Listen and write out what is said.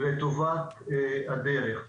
לטובת דרך היציאה.